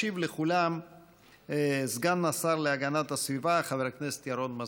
ישיב לכולם סגן השר להגנת הסביבה חבר הכנסת ירון מזוז.